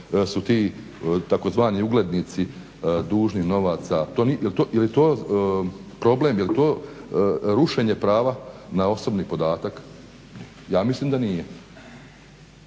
su ti tzv. uglednici dužni novaca. Je li to problem, je li to rušenje prava na osobni podatak, ja mislim da nije.